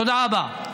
תודה רבה.